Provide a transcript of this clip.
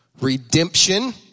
redemption